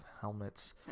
helmets